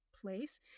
place